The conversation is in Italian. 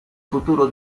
futuro